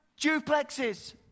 Duplexes